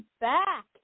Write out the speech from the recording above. back